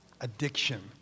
addiction